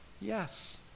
Yes